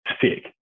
sick